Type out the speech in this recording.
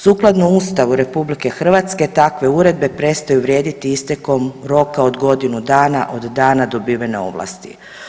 Sukladno Ustavu RH takve uredbe prestaju vrijediti istekom roka od godinu dana od dana dobivene ovlasti.